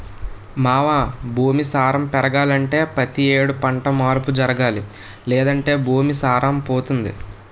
మావా భూమి సారం పెరగాలంటే పతి యేడు పంట మార్పు జరగాలి లేదంటే భూమి సారం పోతుంది